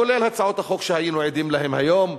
כולל הצעות החוק שהיינו עדים להן היום.